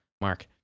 Mark